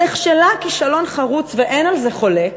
נכשלה כישלון חרוץ, ואין על זה חולק,